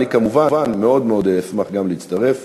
אני כמובן מאוד מאוד אשמח גם להצטרף.